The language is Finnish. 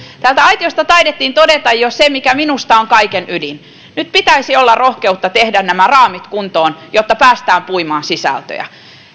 täältä aitiosta taidettiin todeta jo se mikä minusta on kaiken ydin nyt pitäisi olla rohkeutta tehdä nämä raamit kuntoon jotta päästään puimaan sisältöjä